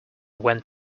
went